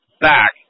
back